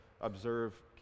observe